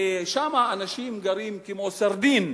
ושם אנשים גרים כמו סרדינים,